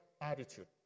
attitude